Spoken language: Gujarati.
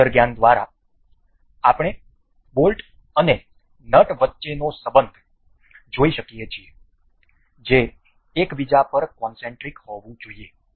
અંતર્જ્ઞાન દ્વારા આપણે બોલ્ટ અને નટ વચ્ચેનો સંબંધ જોઈ શકીએ છીએ જે એક બીજા પર કોનસેન્ટ્રિક હોવું જોઈએ